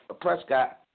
Prescott